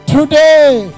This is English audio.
Today